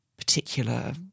Particular